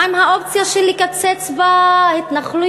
מה עם האופציה לקצץ בהתנחלויות,